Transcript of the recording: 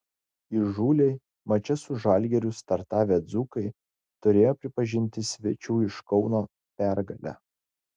įžūliai mače su žalgiriu startavę dzūkai turėjo pripažinti svečių iš kauno pergalę